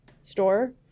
store